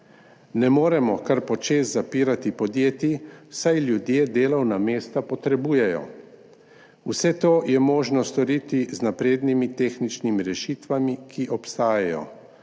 Ne moremo kar počez zapirati podjetij, saj ljudje delovna mesta potrebujejo. Vse to je možno storiti z naprednimi tehničnimi rešitvami, ki obstajajo.